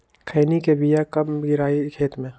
खैनी के बिया कब गिराइये खेत मे?